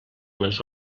les